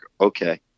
okay